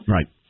Right